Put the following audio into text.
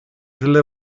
delle